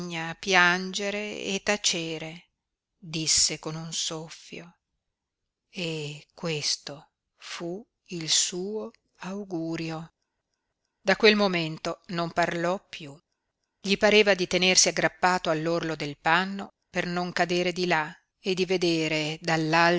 piangere e tacere disse con un soffio e questo fu il suo augurio da quel momento non parlò piú gli pareva di tenersi aggrappato all'orlo del panno per non cadere di là e di vedere dall'alto